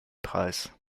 preis